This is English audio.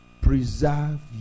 preserve